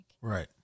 Right